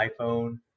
iPhone